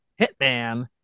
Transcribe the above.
Hitman